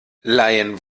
laien